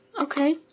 Okay